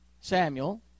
Samuel